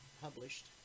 published